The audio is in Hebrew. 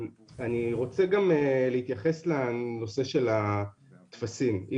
אני גם רוצה להתייחס לנושא של הטפסים אי